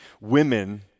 Women